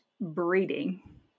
breeding